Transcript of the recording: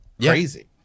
crazy